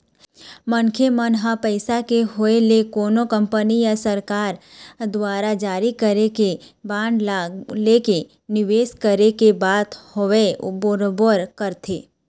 मनखे मन ह पइसा के होय ले कोनो कंपनी या सरकार दुवार जारी करे गे बांड ला लेके निवेस करे के बात होवय बरोबर करथे